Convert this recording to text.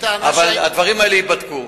אבל הדברים האלה ייבדקו.